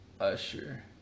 Usher